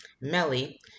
Melly